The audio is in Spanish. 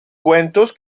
cuentos